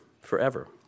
forever